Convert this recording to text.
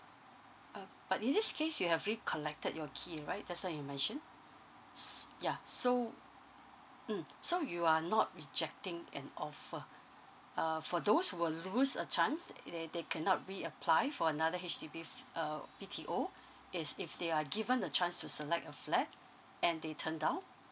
uh but this case you have recollected your key right just now you mentioned s~ yeah so mm so you are not rejecting an offer uh for those who will lose a chance and they cannot reapply for another H_D_B uh B_T_O as if they are given the chance to select a flat and they turn down